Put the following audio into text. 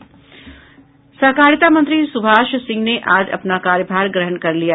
सहकारिता मंत्री सुबाष सिंह ने आज अपना कार्यभार ग्रहण कर लिया